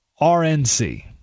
RNC